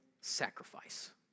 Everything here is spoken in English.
sacrifice